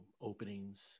openings